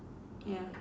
ya